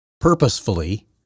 purposefully